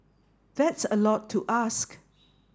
that's a lot to ask